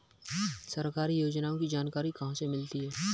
सरकारी योजनाओं की जानकारी कहाँ से मिलती है?